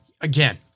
again